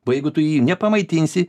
o jeigu tu jį nepamaitinsi